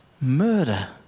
murder